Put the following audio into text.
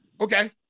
Okay